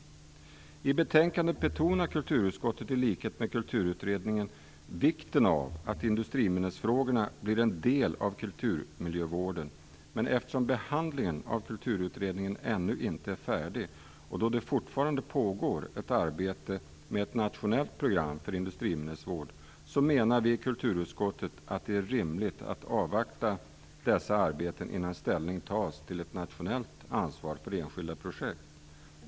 I betänkandet betonar kulturutskottet i likhet med Kulturutredningen vikten av att industriminnesfrågorna blir en del av kulturmiljövården. Eftersom behandlingen av Kulturutredningen ännu inte är färdig, och eftersom det fortfarande pågår ett arbete med ett nationellt program för industriminnesvård, menar vi i kulturutskottet att det är rimligt att avvakta dessa arbeten innan ställning tas till ett nationellt ansvar för enskilda projekt.